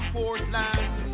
Portland